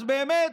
אז באמת,